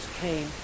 came